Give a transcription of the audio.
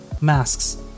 masks